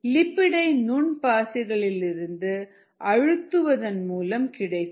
லிப்பிடை நுண் பாசிகள் லிருந்து அழுத்துவதன் மூலம் கிடைக்கும்